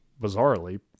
bizarrely